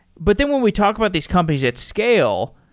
but then when we talk about these companies at scale,